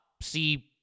see